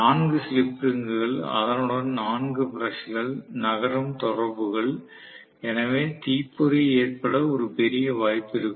4 slip ரிங்குகள் அதனுடன் 4 பிரஷ்கள் நகரும் தொடர்புகள் எனவே தீப்பொறி ஏற்பட ஒரு பெரிய வாய்ப்பு இருக்கும்